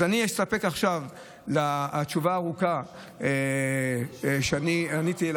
אז אני אסתפק עכשיו בתשובה הארוכה שעניתי על